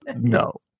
No